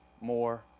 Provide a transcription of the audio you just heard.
more